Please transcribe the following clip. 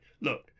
look